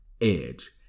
Edge